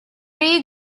ree